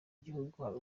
gihugu